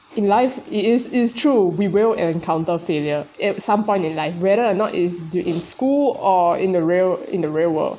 in life it is it's true we will encounter failure at some point in life whether or not it's in school or in the real in the real world